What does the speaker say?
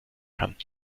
kann